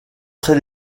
très